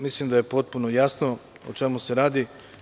Mislim da je potpuno jasno o čemu se radi.